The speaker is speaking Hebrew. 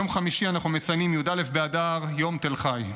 ביום חמישי אנחנו מציינים את י"א באדר, יום תל חי.